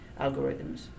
algorithms